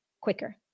quicker